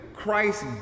Christ